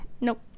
Nope